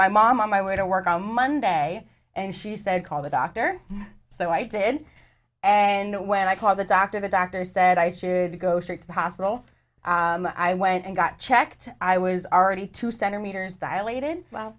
my mom on my way to work on monday and she said call the doctor so i did and when i called the doctor the doctor said i shared to go straight to the hospital i went and got checked i was already two centimeters dilated